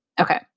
Okay